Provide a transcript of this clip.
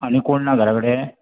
आनी कोण ना घरा कडेन